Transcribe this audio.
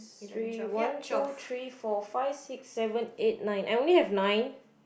three one two three four five six seven eight nine I only have nine